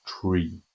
tree